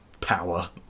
power